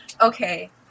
Okay